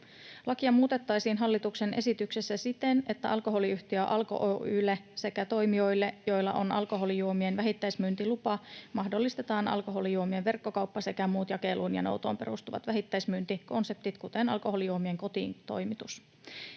Lakia muutettaisiin hallituksen esityksessä siten, että alkoholiyhtiö Alko Oy:lle sekä toimijoille, joilla on alkoholijuomien vähittäismyyntilupa, mahdollistetaan alkoholijuomien verkkokauppa sekä muut jakeluun ja noutoon perustuvat vähittäismyyntikonseptit, kuten alkoholijuomien kotiintoimitus.